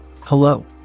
Hello